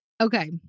Okay